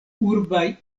urbaj